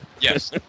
Yes